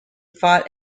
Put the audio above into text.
fought